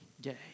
day